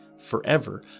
forever